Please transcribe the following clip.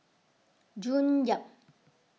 June Yap